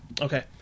Okay